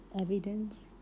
evidence